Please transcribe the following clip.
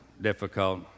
difficult